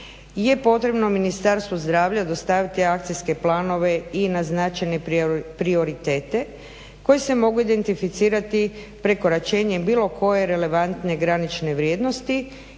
je potrebno Ministarstvu zdravlja dostaviti akcijske planove i naznačene prioritete koji se mogu identificirati prekoračenjem bilo koje relevantne granične vrijednosti